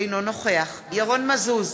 אינו נוכח ירון מזוז,